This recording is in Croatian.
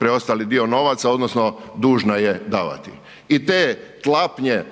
preostali dio novaca odnosno dužna je davati. I te tlapnje